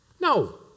no